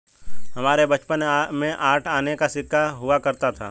हमारे बचपन में आठ आने का सिक्का हुआ करता था